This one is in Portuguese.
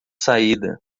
saída